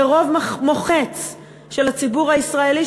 ברוב מוחץ של הציבור הישראלי,